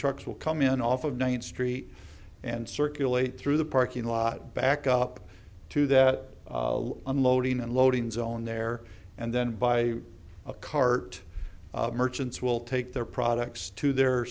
trucks will come in off of nineteenth street and circulate through the parking lot back up to that unloading and loading zone there and then by a cart merchants will take their products to their